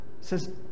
says